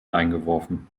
eingeworfen